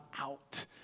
out